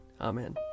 Amen